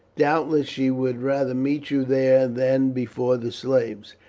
doubtless she would rather meet you there than before the slaves.